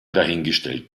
dahingestellt